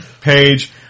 page